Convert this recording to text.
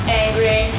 angry